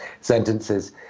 sentences